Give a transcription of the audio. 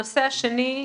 הנושא השני,